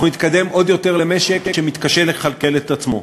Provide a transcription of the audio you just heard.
אנחנו נתקדם עוד יותר למשק שמתקשה לכלכל את עצמו.